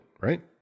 right